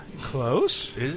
close